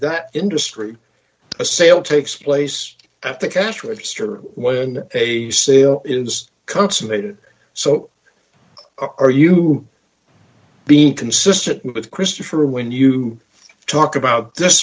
that industry a sale takes place at the cash register when a sale is consummated so are you being consistent with christopher when you talk about